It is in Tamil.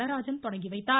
நடராஜன் தொடங்கி வைத்தார்